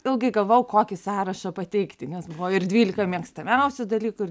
ilgai galvojau kokį sąrašą pateikti nes buvo ir dvylika mėgstamiausių dalykų ir